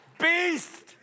Beast